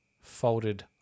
Folded